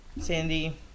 Sandy